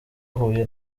huye